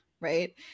right